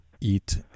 eat